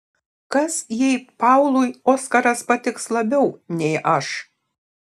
kas jei paului oscaras patiks labiau nei aš